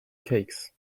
cakes